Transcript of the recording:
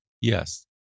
Yes